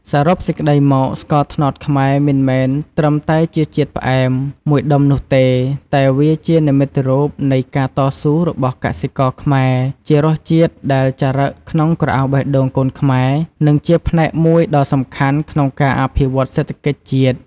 សរុបសេចក្តីមក ស្ករត្នោតខ្មែរមិនមែនត្រឹមតែជាជាតិផ្អែមមួយដុំនោះទេ តែវាជានិមិត្តរូបនៃការតស៊ូរបស់កសិករខ្មែរ ជារសជាតិដែលចារឹកក្នុងក្រអៅបេះដូងកូនខ្មែរ និងជាផ្នែកមួយដ៏សំខាន់ក្នុងការអភិវឌ្ឍន៍សេដ្ឋកិច្ចជាតិ។